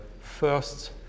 first